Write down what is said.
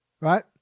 right